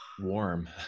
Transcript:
warm